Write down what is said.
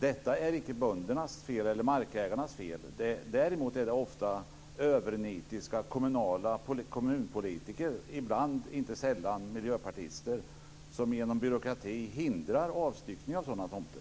Det är inte markägarnas fel att det ser ut som det gör. Däremot är det ofta övernitiska kommunpolitiker - inte sällan miljöpartister - som genom byråkrati hindrar avstyckning av sådana tomter.